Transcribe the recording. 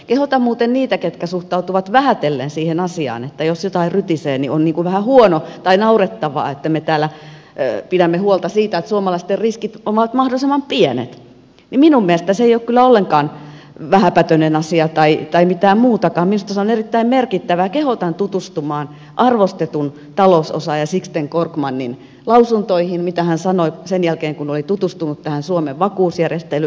kehotan muuten niitä jotka suhtautuvat vähätellen siihen asiaan että jos jotain rytisee niin on vähän niin kuin huonoa tai naurettavaa että me täällä pidämme huolta siitä että suomalaisten riskit ovat mahdollisimman pienet mikä minun mielestäni ei ole kyllä ollenkaan vähäpätöinen asia tai mitään muutakaan minusta se on erittäin merkittävää tutustumaan arvostetun talousosaaja sixten korkmanin lausuntoihin mitä hän sanoi sen jälkeen kun oli tutustunut tähän suomen vakuusjärjestelyyn